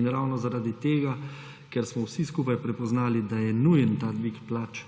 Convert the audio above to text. Ravno zaradi tega, ker smo vsi skupaj prepoznali, da je nujen ta dvig plač,